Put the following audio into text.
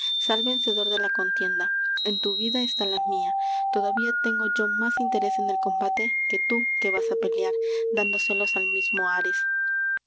sal vencedor de la contienda en tu vida está la mia todavía tengo yo más interes en el combate que tú que vas á pelear dando celos al mismo áres